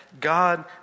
God